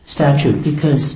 statute because